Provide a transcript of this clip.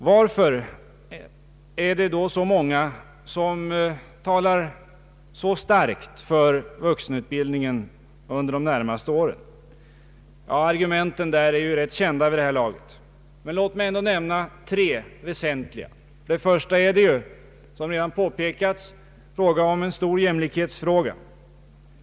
Varför talar då så många så starkt för vuxenutbildningen under de närmaste åren? Argumenten är tämligen välkända vid det här laget, men låt mig ändå nämna tre väsentliga sådana: För det första rör det sig, såsom redan påpekats, om en stor jämlikhetsfråga.